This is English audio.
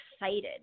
excited